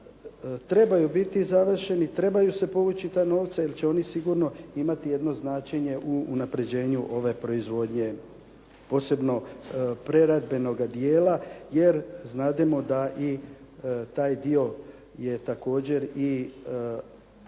trebaju biti završeni, trebaju se povući ta novca, jer će oni sigurno imati jedno značenje u unapređenju ove proizvodnje, posebno preradbenoga dijela, jer znademo da i taj dio je također i